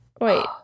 Wait